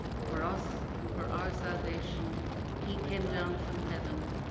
for us and for our salvation he came down from heaven,